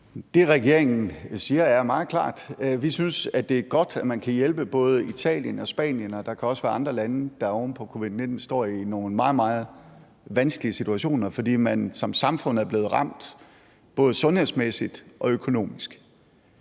Det, regeringen siger, er meget klart. Vi synes, det er godt, at man kan hjælpe både Italien og Spanien, og der kan også være andre lande, der oven på covid-19 står i nogle meget, meget vanskelige situationer, fordi man som samfund er blevet ramt både sundhedsmæssigt og økonomisk.